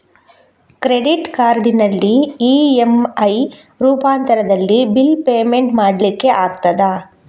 Credit ಕಾರ್ಡಿನಲ್ಲಿ EMI ರೂಪಾಂತರದಲ್ಲಿ bill payment ಮಾಡ್ಲಿಕ್ಕೆ ಆಗ್ತದ?